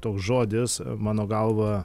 toks žodis mano galva